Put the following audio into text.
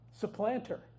Supplanter